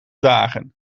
dagen